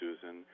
Susan